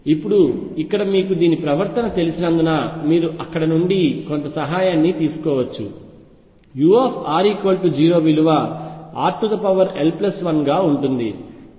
ఇప్పుడు ఇక్కడ మీకు దీని ప్రవర్తన తెలిసినందున మీరు అక్కడ నుండి కొంత సహాయం తీసుకోవచ్చు u r 0 విలువ rl1గా ఉంటుంది